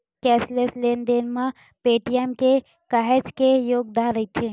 cashless लेन देन म पेटीएम के काहेच के योगदान रईथ